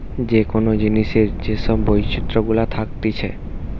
যে কোন জিনিসের যে সব বৈচিত্র গুলা থাকতিছে